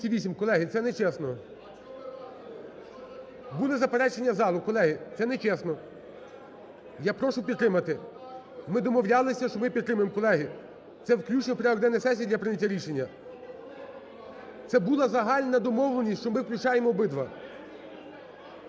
Колеги, це нечесно. Буде заперечення залу, колеги, це нечесно. Я прошу підтримати, ми домовлялися, що ми підтримаємо. Колеги, це включення в порядок денний сесії для прийняття рішення. Це була загальна домовленість, що ми включаємо обидва.